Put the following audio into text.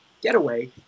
Getaway